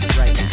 right